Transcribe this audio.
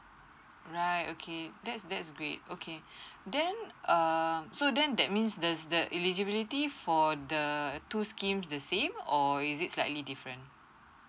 right okay that's that's great okay then um so then that means the the eligibility for the two schemes the same or is it slightly different